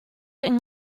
yng